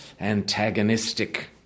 antagonistic